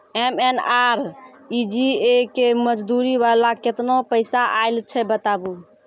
MNREGA के मज़दूरी वाला केतना पैसा आयल छै बताबू?